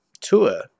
tour